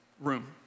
room